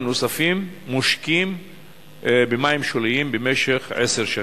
נוספים מושקים במים שוליים במשך עשר שנים.